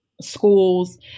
schools